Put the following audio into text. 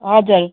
हजुर